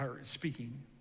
speaking